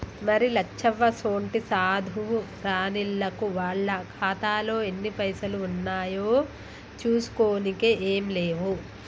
మరి లచ్చవ్వసోంటి సాధువు రానిల్లకు వాళ్ల ఖాతాలో ఎన్ని పైసలు ఉన్నాయో చూసుకోనికే ఏం లేవు